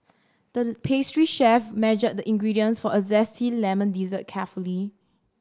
the pastry chef measured the ingredients for a zesty lemon dessert carefully